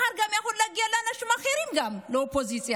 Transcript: מחר גם זה יכול להגיע לאנשים אחרים, לאופוזיציה.